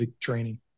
training